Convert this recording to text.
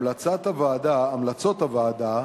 המלצות הוועדה,